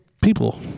people